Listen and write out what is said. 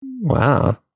Wow